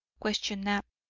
questioned knapp.